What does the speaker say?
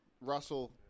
Russell